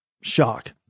shock